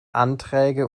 anträge